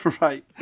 Right